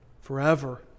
forever